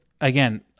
again